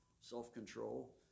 Self-control